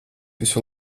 visu